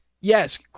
Yes